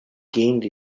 gained